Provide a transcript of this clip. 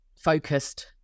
focused